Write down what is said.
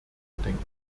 bedenken